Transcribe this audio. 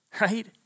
right